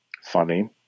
funny